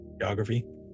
Geography